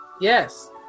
Yes